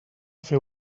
fer